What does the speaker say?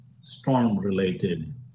storm-related